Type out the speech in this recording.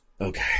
Okay